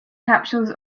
capsules